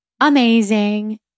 amazing